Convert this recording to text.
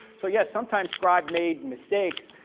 so yes, sometimes scribes made mistakes,